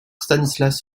stanislas